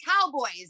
Cowboys